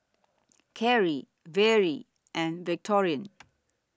Kerri Vere and Victorine